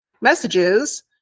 messages